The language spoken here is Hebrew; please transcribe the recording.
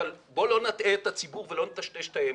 אבל בואו לא נטעה את הציבור ולא נטשטש את האמת.